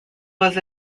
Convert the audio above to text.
was